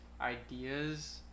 ideas